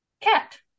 Cat